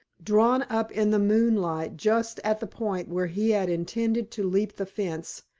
drawn up in the moonlight just at the point where he had intended to leap the fence,